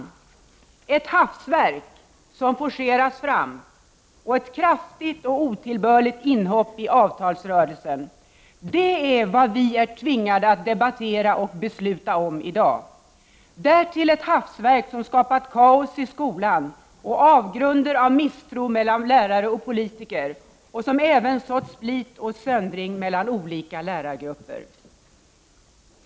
Ett hafsverk som forcerats fram och ett kraftigt och otillbörligt inhopp i avtalsrörelsen — det är vad vi är tvingade att debattera och besluta om i dag. Därtill är det ett hafsverk som skapat kaos i skolan och avgrunder av misstro mellan lärare och politiker och som även sått split och söndring mellan olika lärargrupper.